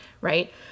right